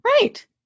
Right